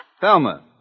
Thelma